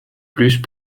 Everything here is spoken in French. plus